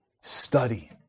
study